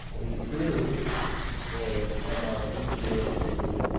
v two is m r t two over p two.